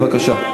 בבקשה.